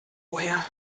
woher